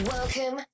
Welcome